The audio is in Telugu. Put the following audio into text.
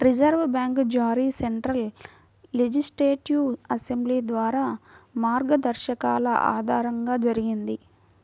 రిజర్వు బ్యాంకు జారీ సెంట్రల్ లెజిస్లేటివ్ అసెంబ్లీ ద్వారా మార్గదర్శకాల ఆధారంగా జరిగింది